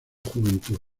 juventud